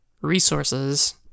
Resources